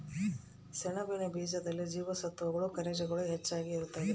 ಸೆಣಬಿನ ಬೀಜದಲ್ಲಿ ಜೀವಸತ್ವಗಳು ಖನಿಜಗಳು ಹೆಚ್ಚಾಗಿ ಇರುತ್ತವೆ